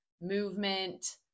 movement